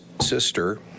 sister